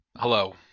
Hello